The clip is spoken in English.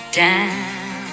down